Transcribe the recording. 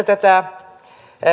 tätä